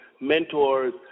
mentors